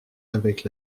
avec